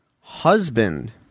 Husband